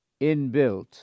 inbuilt